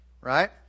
Right